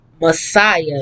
messiah